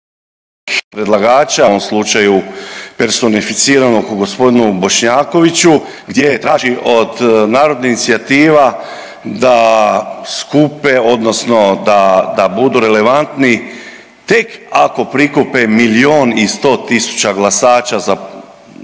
predlagača u ovom slučaju personificiranog u g. Bošnjakoviću gdje traži od narodnih inicijativa da skupe odnosno da budu relevantni tek ako prikupe milijon i 100 tisuća glasača za